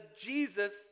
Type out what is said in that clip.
Jesus